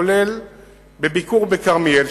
כולל ביקור בכרמיאל,